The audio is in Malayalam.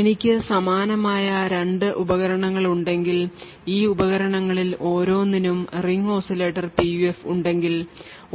എനിക്ക് സമാനമായ രണ്ട് ഉപകരണങ്ങളുണ്ടെങ്കിൽ ഈ ഉപകരണങ്ങളിൽ ഓരോന്നിനും റിംഗ് ഓസിലേറ്റർ PUF ഉണ്ടെങ്കിൽ